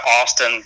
Austin